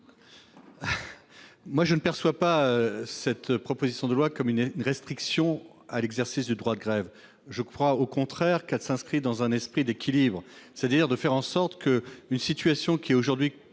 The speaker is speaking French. part, je ne perçois pas cette proposition de loi comme restreignant l'exercice du droit de grève. Je crois au contraire qu'elle s'inscrit dans un esprit d'équilibre. Nous sommes face à une situation qui est aujourd'hui